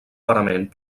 parament